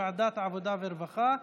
לוועדת העבודה והרווחה נתקבלה.